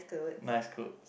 nice clothes